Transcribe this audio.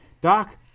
Doc